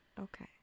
okay